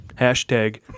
Hashtag